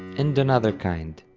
and another kind